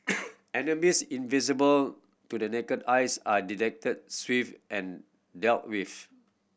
enemies invisible to the naked eyes are detected swift and dealt with